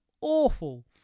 awful